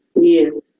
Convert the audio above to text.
yes